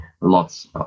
lots